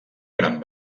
gran